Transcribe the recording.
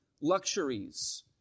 luxuries